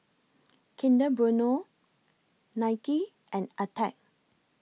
Kinder Bueno Nike and Attack